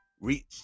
reach